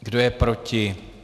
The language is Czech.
Kdo je proti?